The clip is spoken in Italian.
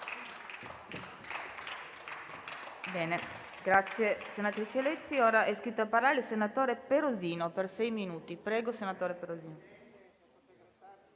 Grazie